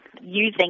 using